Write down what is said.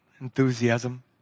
enthusiasm